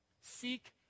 seek